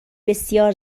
بسیار